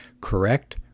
correct